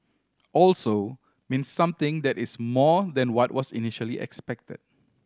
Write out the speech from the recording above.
also means something that is more than what was initially expected